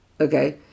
Okay